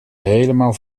helemaal